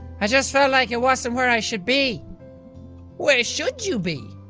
i just felt like it wasn't where i should be where should you be?